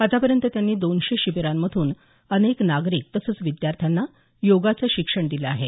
आतापर्यंत त्यांनी दोनशे शिबीरांमधून अनेक नागरिक तसंच विद्यार्थ्यांना योगाचं शिक्षण दिलं आहे